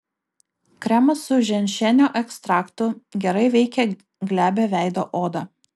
kremas su ženšenio ekstraktu gerai veikia glebią veido odą